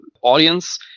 audience